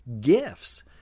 gifts